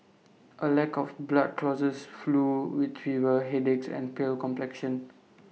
A lack of blood causes flu with fever headaches and pale complexion